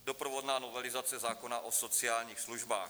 Doprovodná novelizace zákona o sociálních službách.